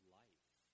life